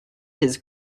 his